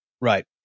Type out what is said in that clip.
Right